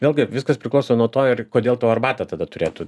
vėlgi viskas priklauso nuo to ir kodėl tau arbatą tada turėtų